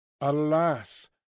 Alas